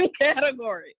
category